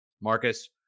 Marcus